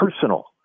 personal